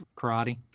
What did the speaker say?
karate